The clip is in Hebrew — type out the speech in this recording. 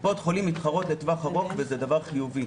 קופות החולים מתחרות לטווח ארוך וזה דבר חיובי.